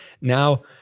Now